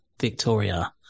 Victoria